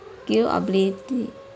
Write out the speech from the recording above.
your ability